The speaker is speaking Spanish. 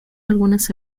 algunas